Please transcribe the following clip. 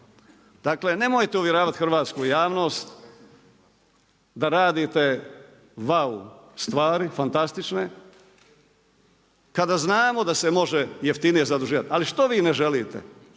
Dakle nemojte uvjeravati hrvatsku javnost da radite vau stvari, fantastične, kada znamo da se može jeftinije zaduživati. Ali što vi ne želite?